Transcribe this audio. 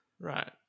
right